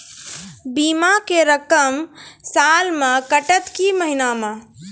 बीमा के रकम साल मे कटत कि महीना मे?